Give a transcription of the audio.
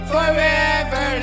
Forever